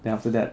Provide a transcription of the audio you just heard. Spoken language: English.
then after that